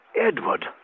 Edward